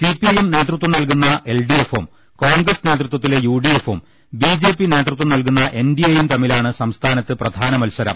CPIM നേതൃത്വം നൽകുന്ന L D എഫും കോൺഗ്രസ് നേതൃത്വത്തിലെ യു ഡി എഫും ബി ജെ പി നേതൃത്വം നൽകുന്ന എൻ ഡി എയും തമ്മിലാണ് സംസ്ഥാനത്ത് പ്രധാന മത്സരം